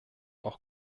auch